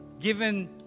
given